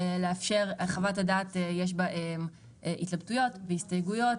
יש בה התלבטויות והסתייגויות,